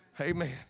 Amen